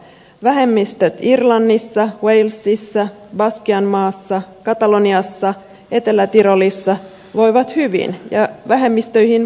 vähemmistöt irlannissa walesissa baskimaassa kataloniassa ja etelä tirolissa voivat hyvin ja vähemmistöihin panostetaan